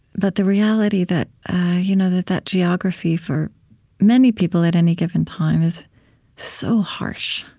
but the reality that you know that that geography, for many people, at any given time, is so harsh